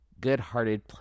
good-hearted